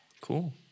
Cool